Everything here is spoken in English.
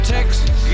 Texas